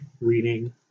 reading